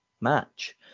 match